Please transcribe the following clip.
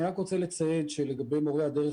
אני רק רוצה לציין לגבי מורי הדרך,